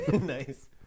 nice